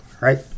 right